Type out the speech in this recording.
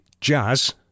Jazz